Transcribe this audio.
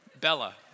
Bella